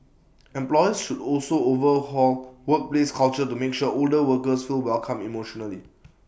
employers should also overhaul workplace culture to make sure older workers feel welcome emotionally